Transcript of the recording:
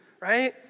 right